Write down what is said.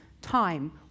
time